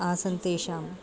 आसन् तेषाम्